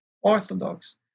Orthodox